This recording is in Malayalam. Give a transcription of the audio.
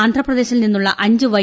ആന്ധ്രാപ്രദേശിൽ നിന്നുള്ള ്അഞ്ച് വൈ